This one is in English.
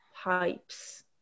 Pipes